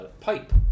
pipe